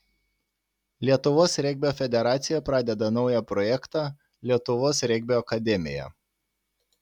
lietuvos regbio federacija pradeda naują projektą lietuvos regbio akademija